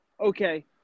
Okay